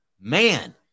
man